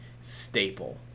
staple